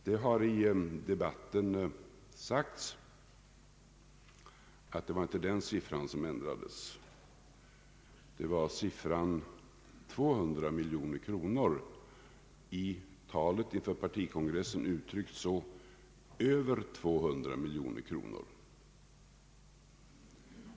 Det har i debatten sagts att det inte var den siffran som ändrades, utan det var siffran 200 miljoner, i talet inför partikongressen uttryckt så: »över 200 miljoner kronor».